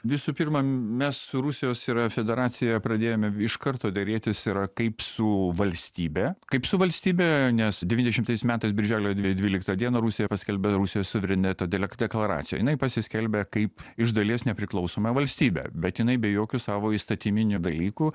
visų pirma mes su rusijos yra federacija pradėjome iš karto derėtis yra kaip su valstybe kaip su valstybe nes devyniasdešimtais metais birželio dvi dvyliktą dieną rusija paskelbė rusijos suvereniteto delek deklaraciją jinai pasiskelbė kaip iš dalies nepriklausoma valstybė bet jinai be jokių savo įstatyminių dalykų